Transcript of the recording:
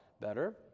better